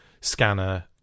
scanner